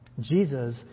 Jesus